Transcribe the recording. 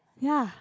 ya